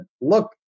look